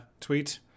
tweet